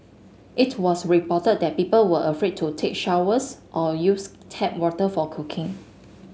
it was reported that people were afraid to take showers or use tap water for cooking